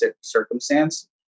circumstance